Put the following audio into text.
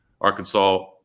Arkansas